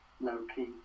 low-key